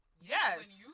yes